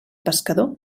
pescador